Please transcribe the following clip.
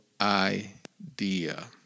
idea